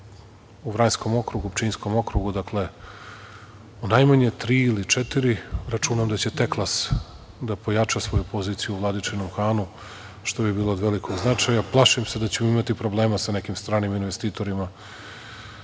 Vranjskom okrugu, Pčinjskom okrugu, dakle, u najmanje tri ili četiri, računam da će „Teklas“ da pojača svoju poziciju u Vladičinom Hanu, što bi bilo od velikog značaja. Plašim se da ćemo imati problema sa nekim stranim investitorima